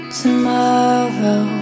tomorrow